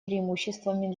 преимуществами